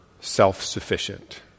self-sufficient